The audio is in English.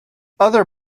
other